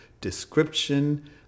description